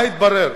מה התברר?